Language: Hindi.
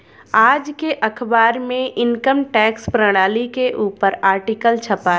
आज के अखबार में इनकम टैक्स प्रणाली के ऊपर आर्टिकल छपा है